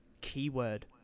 Keyword